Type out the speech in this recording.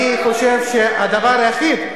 אני חושב שהדבר היחיד,